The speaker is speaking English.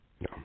No